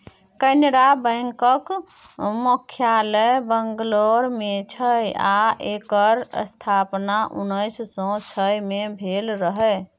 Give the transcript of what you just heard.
कैनरा बैकक मुख्यालय बंगलौर मे छै आ एकर स्थापना उन्नैस सँ छइ मे भेल रहय